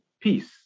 peace